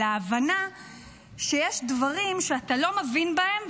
אלא ההבנה שיש דברים שאתה לא מבין בהם,